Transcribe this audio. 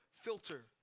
filter